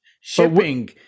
shipping